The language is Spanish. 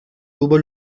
tuvo